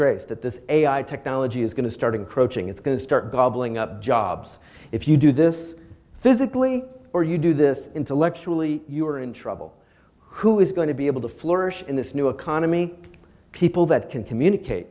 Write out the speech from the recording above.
grace that this technology is going to start encroaching it's going to start gobbling up jobs if you do this physically or you do this intellectually you are in trouble who is going to be able to flourish in this new economy people that can communicate